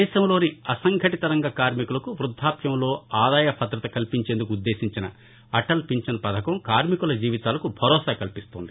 దేశంలోని అసంఘటితరంగ కార్మికులకు వృద్దాప్యంలో ఆదాయ భద్రత కల్పించేందుకు ఉద్దేశించిన అటల్ పిఛన్ పథకం కార్మికుల జీవితాలకు భరోసా కల్పిస్తుంది